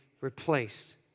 replaced